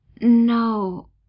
No